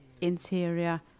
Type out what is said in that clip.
interior